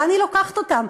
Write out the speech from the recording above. לאן היא לוקחת אותם?